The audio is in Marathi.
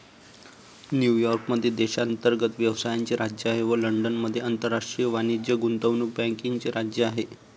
न्यूयॉर्क मध्ये देशांतर्गत व्यवसायाचे राज्य आहे व लंडनमध्ये आंतरराष्ट्रीय वाणिज्य गुंतवणूक बँकिंगचे राज्य आहे